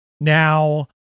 Now